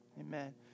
Amen